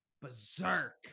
berserk